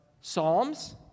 Psalms